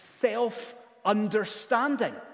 self-understanding